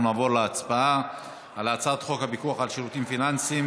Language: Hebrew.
אנחנו נעבור להצבעה על הצעת חוק הפיקוח על שירותים פיננסיים